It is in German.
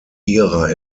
ihrer